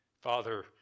Father